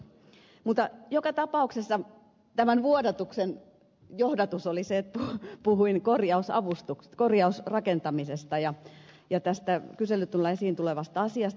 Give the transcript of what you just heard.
mutta joka tapauksessa tämän vuodatuksen johdatus oli se että puhuin korjausrakentamisesta ja tästä kyselytunnilla esiin tulleesta asiasta